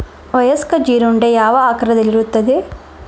ವಯಸ್ಕ ಜೀರುಂಡೆ ಯಾವ ಆಕಾರದಲ್ಲಿರುತ್ತದೆ?